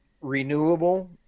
renewable